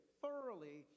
thoroughly